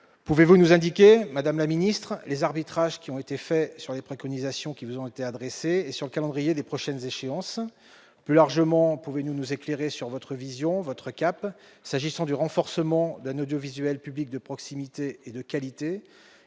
Pouvez-vous nous indiquer, madame la ministre, les arbitrages qui ont été faits sur les préconisations qui vous ont été adressées et sur le calendrier des prochaines échéances ? Plus largement, pouvez-vous nous éclairer sur votre vision, votre cap, s'agissant d'un renforcement de l'audiovisuel public de proximité et de qualité,